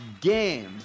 game